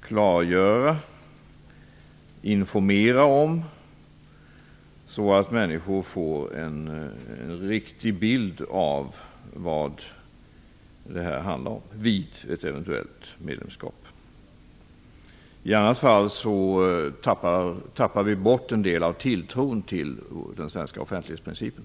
klargöra, informera om, så att människor får en riktig bild av vad det handlar om vid ett eventuellt medlemskap. I annat fall tappar vi bort en del av tilltron till den svenska offentlighetsprincipen.